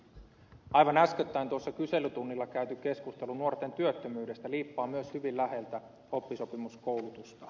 aivan äskettäin tuossa kyselytunnilla käyty keskustelu nuorten työttömyydestä liippaa myös hyvin läheltä oppisopimuskoulutusta